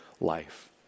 life